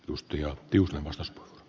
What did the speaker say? puutun ed